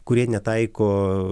kurie netaiko